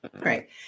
Right